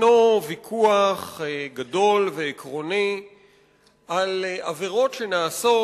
ישנו ויכוח גדול ועקרוני על עבירות שנעשות